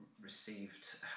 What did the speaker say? received